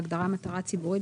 בהגדרה "מטרה ציבורית",